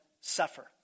suffer